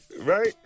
right